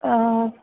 त